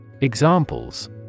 Examples